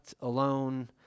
alone